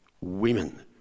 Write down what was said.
women